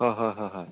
হয়ঁ হয় হ হয়